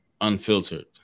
Unfiltered